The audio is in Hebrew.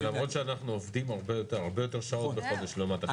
למרות שאנחנו עובדים הרבה יותר שעות בחודש לעומת אחרים.